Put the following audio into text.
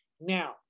Now